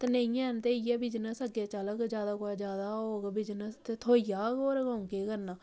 ते नेईं हैन ते इ'यै बिजनस अग्गें चलग जैदा कोला जैदा होग बिजनस ते थ्होई जाह्ग होर क'ऊं केह् करना